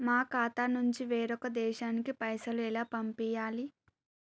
మా ఖాతా నుంచి వేరొక దేశానికి పైసలు ఎలా పంపియ్యాలి?